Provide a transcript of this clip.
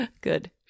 good